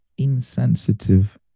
Insensitive